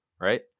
right